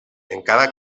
encara